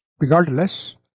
Regardless